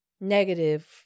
negative